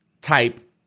type